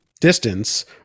distance